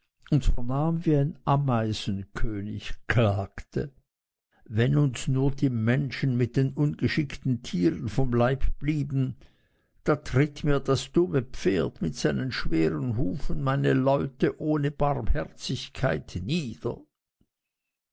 vernahm wie ein ameisenkönig klagte wenn uns nur die menschen mit den ungeschickten tieren vom leib blieben da tritt mir das dumme pferd mit seinen schweren hufen meine leute ohne barmherzigkeit nieder